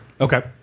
Okay